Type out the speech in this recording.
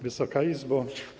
Wysoka Izbo!